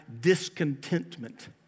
discontentment